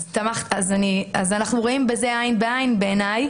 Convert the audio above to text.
אנחנו רואים בזה עין בעין בעיניי.